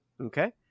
okay